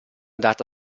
data